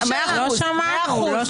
לא שמענו.